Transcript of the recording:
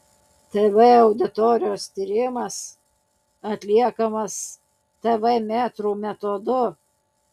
tv auditorijos tyrimas atliekamas tv metrų metodu